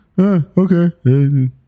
okay